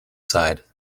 side